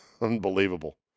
Unbelievable